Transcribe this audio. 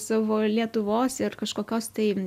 savo lietuvos ir kažkokios tai